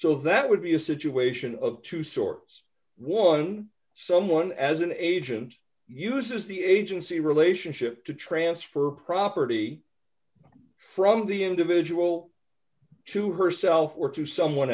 so that would be a situation of two sorts one someone as an agent uses the agency relationship to transfer property from the individual to herself or to someone